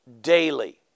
daily